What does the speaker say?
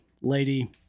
lady